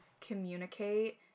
communicate